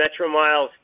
MetroMiles